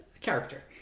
character